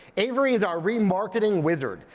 avery is our remarketing wizard.